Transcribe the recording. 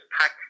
pack